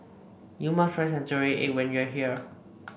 you must try Century Egg when you are here